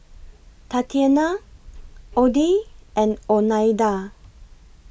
Tatianna Oddie and Oneida